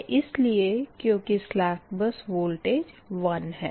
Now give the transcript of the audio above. यह इसलिए क्यूँकि सलेक बस वोल्टेज 1 है